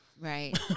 Right